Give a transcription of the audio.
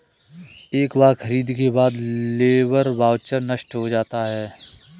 एक बार खरीद के बाद लेबर वाउचर नष्ट हो जाता है